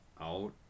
out